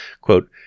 quote